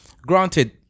granted